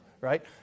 right